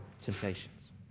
temptations